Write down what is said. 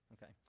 Okay